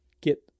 get